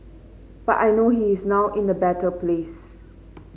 but I know he is now in a better place